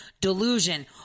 delusion